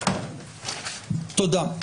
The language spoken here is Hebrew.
תודה.